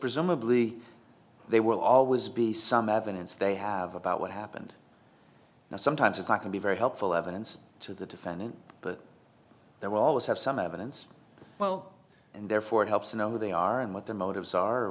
presumably there will always be some evidence they have about what happened now sometimes i can be very helpful evidence to the defendant but there will always have some evidence well and therefore it helps to know who they are and what their motives are